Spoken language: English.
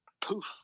poof